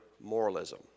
moralism